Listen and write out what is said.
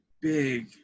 big